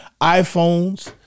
iPhones